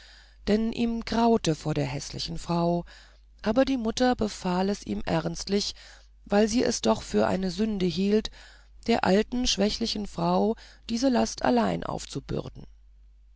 denn ihm graute vor der häßlichen frau aber die mutter befahl es ihm ernstlich weil sie es doch für eine sünde hielt der alten schwächlichen frau diese last allein aufzubürden